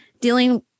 dealing